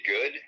good